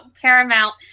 paramount